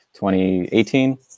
2018